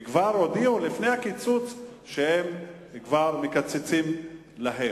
כבר הודיעו לפני הקיצוץ שמקצצים להם.